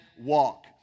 walk